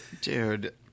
Dude